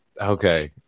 Okay